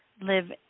live